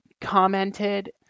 commented